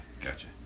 gotcha